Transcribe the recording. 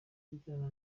kubyinana